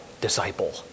disciple